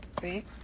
See